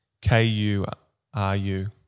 K-U-R-U